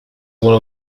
one